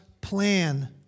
plan